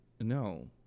No